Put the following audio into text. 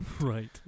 Right